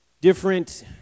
Different